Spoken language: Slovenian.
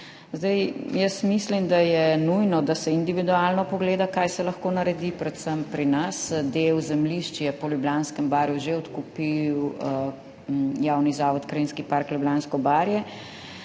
Jaz mislim, da je nujno, da se individualno pogleda, kaj se lahko naredi, predvsem pri nas. Del zemljišč je po Ljubljanskem barju že odkupil Javni zavod Krajinski park Ljubljansko barje